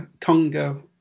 Congo